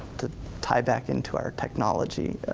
to tie back into our technology,